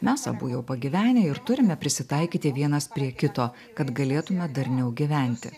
mes abu jau pagyvenę ir turime prisitaikyti vienas prie kito kad galėtume darniau gyventi